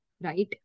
right